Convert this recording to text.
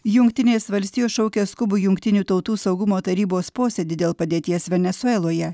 jungtinės valstijos šaukia skubų jungtinių tautų saugumo tarybos posėdį dėl padėties venesueloje